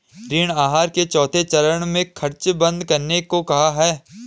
ऋण आहार के चौथे चरण में खर्च बंद करने को कहा है